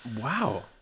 Wow